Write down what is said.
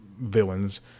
Villains